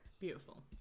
Beautiful